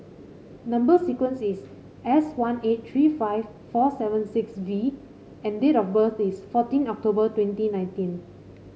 number sequence is S one eight three five four seven six V and date of birth is fourteen October twenty nineteen